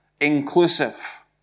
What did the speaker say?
inclusive